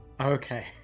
Okay